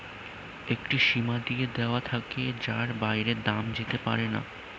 একটি সীমা দিয়ে দেওয়া থাকে যার বাইরে দাম যেতে পারেনা